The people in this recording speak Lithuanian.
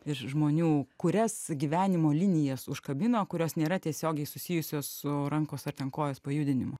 ir žmonių kurias gyvenimo linijas užkabino kurios nėra tiesiogiai susijusios su rankos ar ten kojos pajudinimu